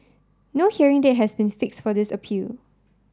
no hearing date has been fix for this appeal